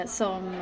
som